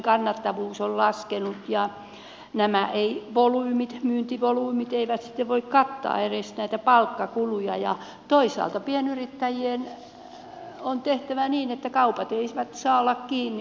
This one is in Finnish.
kannattavuus on laskenut ja myyntivolyymit eivät sitten voi kattaa edes näitä palkkakuluja ja toisaalta pienyrittäjien on tehtävä niin että kaupat eivät saa olla kiinni